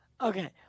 Okay